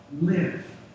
live